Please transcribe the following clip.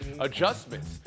adjustments